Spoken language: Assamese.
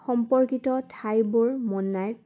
সম্পৰ্কিত ঠাইবোৰ মনাই